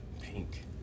Pink